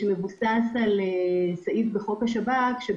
ההסדר מבוסס על סעיף בחוק השב"כ שהוא